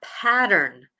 pattern